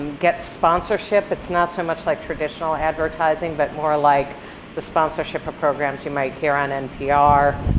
and get sponsorship. it's not so much like traditional advertising, but more like the sponsorship of programs you might hear on npr,